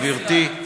גברתי.